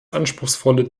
anspruchsvolle